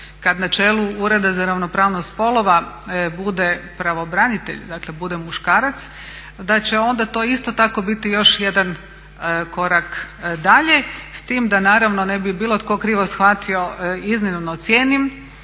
kad na čelu Ureda za ravnopravnost spolova bude pravobranitelj, dakle bude muškarac, da će onda to isto tako biti još jedan korak dalje. S tim da naravno ne bi bilo tko krivo shvatio iznimno cijenim